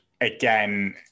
again